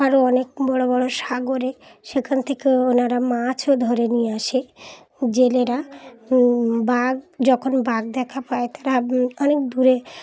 আরও অনেক বড়ো বড়ো সাগরে সেখান থেকে ওনারা মাছও ধরে নিয়ে আসে জেলেরা বাঘ যখন বাঘ দেখা পায় তারা অনেক দূরে